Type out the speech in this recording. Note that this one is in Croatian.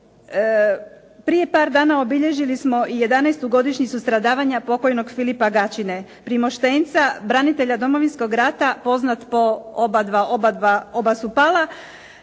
prije par dana obilježili smo i 11 godišnjicu stradavanja pokojnog Filipa Gaćine, Primoštenca, branitelja Domovinskog rata, poznat obadva, oba su pala,